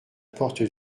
porte